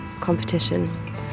competition